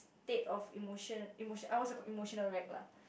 state of emotion emotion I was a emotional wreck lah